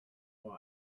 why